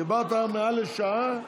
דיברת מעל לשעה,